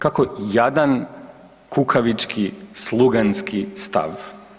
Kakao jadan, kukavički, sluganski stav.